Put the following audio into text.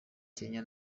kenya